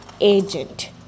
agent